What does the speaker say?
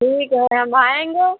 ठीक है हम आएंगे